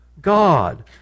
God